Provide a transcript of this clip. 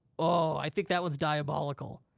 oh, i think that one's diabolical,